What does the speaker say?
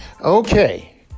Okay